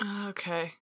okay